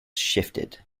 shifted